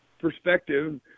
perspective